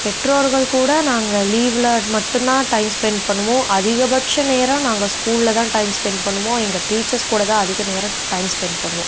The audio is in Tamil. பெற்றோர்கள் கூட நாங்கள் லீவில் மட்டுந்தான் டைம் ஸ்பென்ட் பண்ணுவோம் அதிகபட்ச நேரம் நாங்கள் ஸ்கூலில் தான் டைம் ஸ்பென்ட் பண்ணுவோம் எங்கள் டீச்சர்ஸ் கூட தான் அதிக நேரம் டைம் ஸ்பென்ட் பண்ணுவோம்